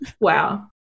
Wow